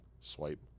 swipe